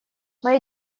моя